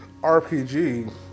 RPG